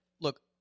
look